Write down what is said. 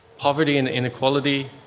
poverty and inequality,